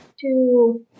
two